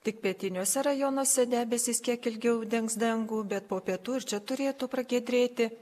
tik pietiniuose rajonuose debesys kiek ilgiau dengs dangų bet po pietų ir čia turėtų pragiedrėti